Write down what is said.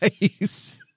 Nice